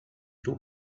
two